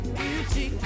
beauty